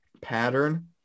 pattern